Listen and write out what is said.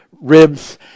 ribs